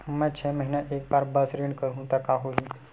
मैं छै महीना म एक बार बस ऋण करहु त का होही?